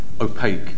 opaque